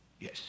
Yes